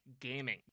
gaming